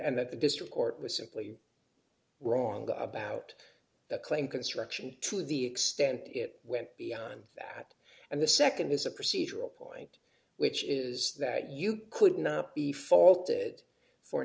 that the district court was simply wrong about the claim construction to the extent it went beyond that and the nd is a procedural point which is that you could not be faulted for